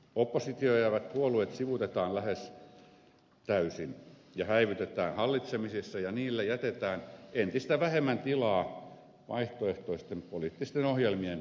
oppositioon jäävät puolueet sivuutetaan lähes täysin ja häivytetään hallitsemisessa ja niille jätetään entistä vähemmän tilaa vaihtoehtoisten poliittisten ohjelmien esittämiselle